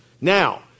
now